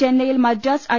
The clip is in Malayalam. ചെന്നൈയിൽ മദ്രാസ് ഐ